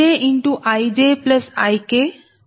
కాబట్టి VkZj1I1Zj2I2ZjjIjIkZjnInZbIk